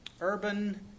Urban